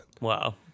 Wow